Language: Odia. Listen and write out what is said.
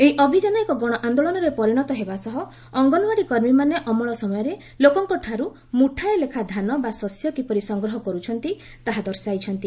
ଏହି ଅଭିଯାନ ଏକ ଗଣ ଆନ୍ଦୋଳନରେ ପରିଣତ ହେବ ସହ ଅଙ୍ଗନୱାଡ଼ି କର୍ମୀମାନେ ଅମଳ ସମୟରେ ଲୋକଙ୍କଠାରୁ ମୁଠାଏ ଲେଖା ଧାନ ବା ଶସ୍ୟ କିପରି ସଂଗ୍ରହ କରୁଛନ୍ତି ତାହା ଦର୍ଶାଇଛନ୍ତି